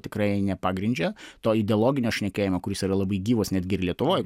tikrai nepagrindžia to ideologinio šnekėjimo kuris yra labai gyvas netgi ir lietuvoj